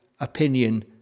opinion